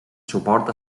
suport